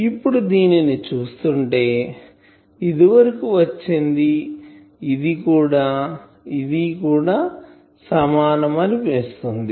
ఇప్పుడు దీనిని చూస్తుంటే ఇదివరకు వచ్చింది ఇది కూడా సమానం అని అనిపిస్తుంది